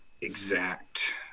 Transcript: exact